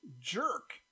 jerk